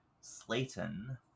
slayton